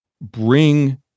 bring